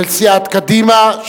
של סיעת קדימה,